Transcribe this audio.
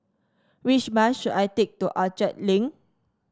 which bus should I take to Orchard Link